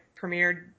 premiered